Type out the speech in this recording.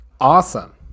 awesome